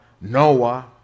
Noah